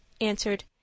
answered